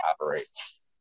operates